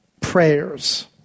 prayers